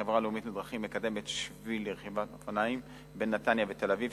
החברה הלאומית לדרכים מקדמת שביל לרכיבת אופניים בין נתניה ותל-אביב,